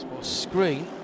screen